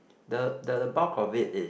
the the the bulk of it is